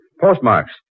Postmarks